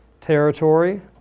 territory